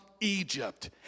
Egypt